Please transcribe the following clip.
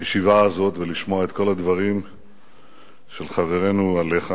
הישיבה הזאת ולשמוע את כל הדברים של חברינו עליך.